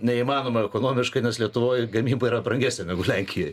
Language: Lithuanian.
neįmanoma ekonomiškai nes lietuvoj gamyba yra brangesnė negu lenkijoj